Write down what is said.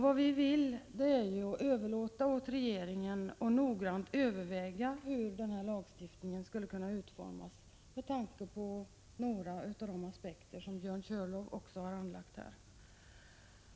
Vad vi vill är att överlåta åt regeringen att noggrant överväga hur lagstiftningen skulle kunna utformas med tanke på några av de aspekter som också Björn Körlof har anlagt här.